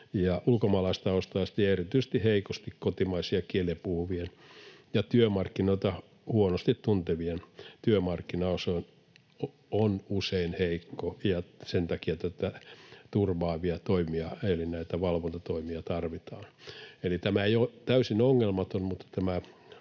Ulkomaalaistaustaisten ja erityisesti heikosti kotimaisia kieliä puhuvien ja työmarkkinoita huonosti tuntevien työmarkkinaosa on usein heikko, ja sen takia turvaavia toimia eli näitä valvontatoimia tarvitaan. Eli tämä ei ole täysin ongelmaton, mutta tämä